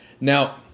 Now